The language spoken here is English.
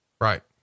Right